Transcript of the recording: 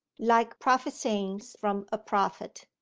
like prophesyings from a prophet.